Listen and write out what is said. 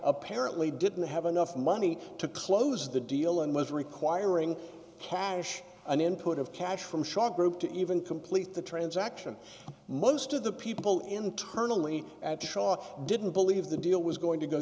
apparently didn't have enough money to close the deal and was requiring parish an input of cash from shaw group to even complete the transaction most of the people internally at shaw didn't believe the deal was going to go